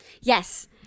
Yes